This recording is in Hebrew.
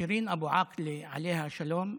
שירין אבו עאקלה, עליה השלום,